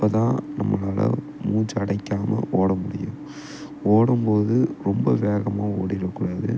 அப்போ தான் நம்மளால் மூச்சு அடைக்காமல் ஓட முடியும் ஓடும் போது ரொம்ப வேகமாக ஓடிவிடக்கூடாது